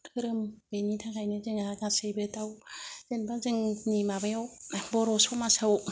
धोरोम बेनि थाखायनो जोंहा गासैबो जेनेबा जोंनि माबायाव बर' समाजाव